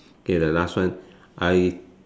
okay the last one I